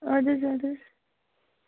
اَدٕ حظ اَدٕ حظ